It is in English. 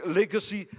legacy